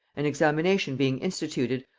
an examination being instituted,